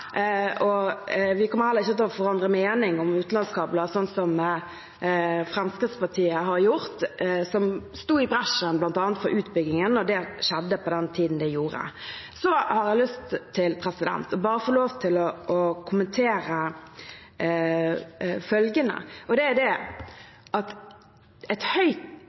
og vi kommer heller ikke til å forandre mening om utenlandskabler sånn som Fremskrittspartiet har gjort, som gikk i bresjen bl.a. for utbyggingen da det skjedde på den tiden det gjorde. Så har jeg bare lyst til å få lov til å kommentere følgende, og det er, som representanten her er inne på, at et høyt